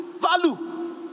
Value